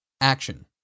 Action